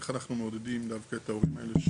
איך אנחנו מעודדים דווקא את ההורים האלה,